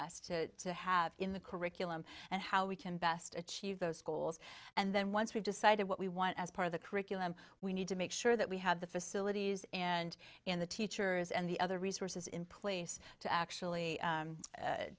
us to have in the curriculum and how we can best achieve those schools and then once we've decided what we want as part of the curriculum we need to make sure that we have the facilities and in the teachers and the other resources in place to actually